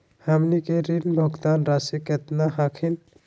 हमनी के ऋण भुगतान रासी केतना हखिन?